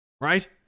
Right